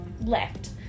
left